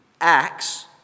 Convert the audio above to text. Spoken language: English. Acts